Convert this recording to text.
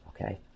okay